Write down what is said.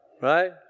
Right